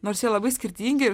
nors jie labai skirtingi